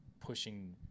pushing